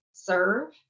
Serve